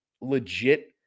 legit